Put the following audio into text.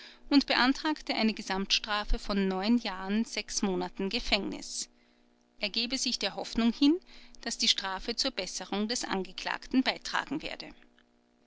und beantragte eine gesamtstrafe von neun jahren sechs monaten gefängnis er gebe sich der hoffnung hin daß die strafe zur besserung des angeklagten beitragen werde